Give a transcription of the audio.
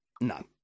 no